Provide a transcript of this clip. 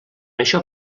això